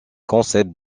concepts